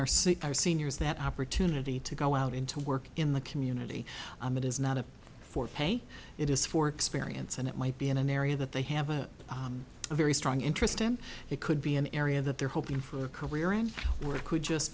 city our seniors that opportunity to go out into work in the community it is not a for pay it is for experience and it might be in an area that they have a very strong interest in it could be an area that they're hoping for a career and where it could just